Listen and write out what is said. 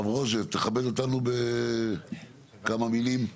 הרב רוז'ה תכבד אותנו בכמה מילים?